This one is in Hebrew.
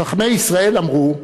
חכמי ישראל אמרו: